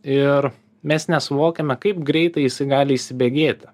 ir mes nesuvokiame kaip greitai jisai gali įsibėgėti